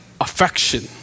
affection